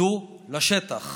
רדו לשטח.